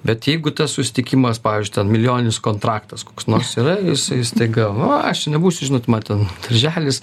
bet jeigu tas susitikimas pavyzdžiui ten milijoninis kontraktas koks nors yra jisai staiga va aš čia nebūsiu žinot man ten darželis